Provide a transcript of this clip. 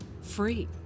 free